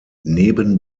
neben